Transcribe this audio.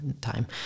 time